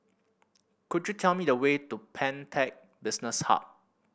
could you tell me the way to Pantech Business Hub